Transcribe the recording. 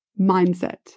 mindset